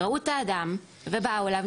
ראו את האדם ובאו אליו,